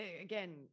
Again